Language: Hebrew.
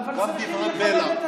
גם דברי בלע,